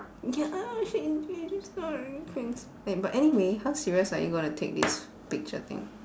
ya she she just now really can s~ wait but anyway how serious are you gonna take this picture thing